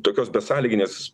tokios besąlyginės